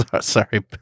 Sorry